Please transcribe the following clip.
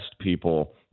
people